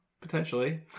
Potentially